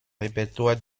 répertoire